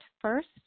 first